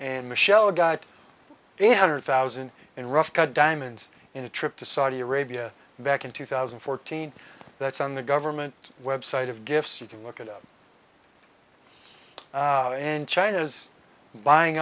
and michelle got one hundred thousand in rough cut diamonds in a trip to saudi arabia back in two thousand and fourteen that's on the government website of gifts you can look it up and china is buying